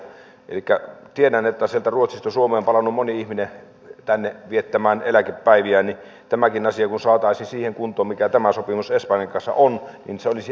elikkä tiedän että sieltä ruotsista suomeen on palannut moni ihminen tänne viettämään eläkepäiviä eli tämäkin asia kun saataisiin siihen kuntoon mikä tämä sopimus espanjan kanssa on niin se olisi erittäin hyvä asia